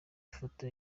foto